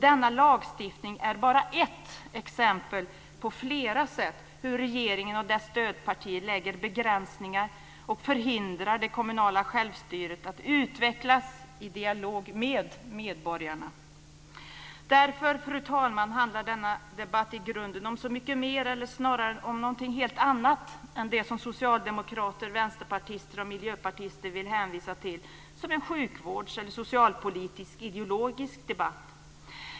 Denna lagstiftning är bara ett exempel på flera sätt hur regeringen och dess stödpartier lägger begränsningar, förhindrar det kommunala självstyret att utvecklas i dialog med medborgarna. Därför handlar denna debatt i grunden om snarare någonting helt annat än det som socialdemokrater, vänsterpartister och miljöpartister vill hänvisa till som en sjukvårds eller socialpolitisk ideologisk debatt.